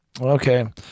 Okay